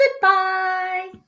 Goodbye